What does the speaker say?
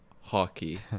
Hockey